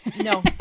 No